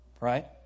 Right